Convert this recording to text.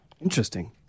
Interesting